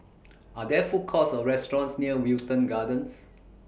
Are There Food Courts Or restaurants near Wilton Gardens